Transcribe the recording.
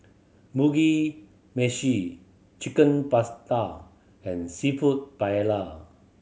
Mugi Meshi Chicken Pasta and Seafood Paella